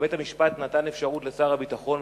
כי בית-המשפט נתן אפשרות לשר הביטחון